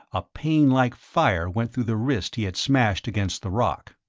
a pain like fire went through the wrist he had smashed against the rock.